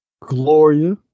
Gloria